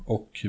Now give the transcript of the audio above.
Och